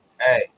hey